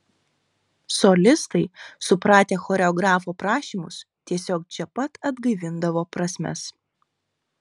solistai supratę choreografo prašymus tiesiog čia pat atgaivindavo prasmes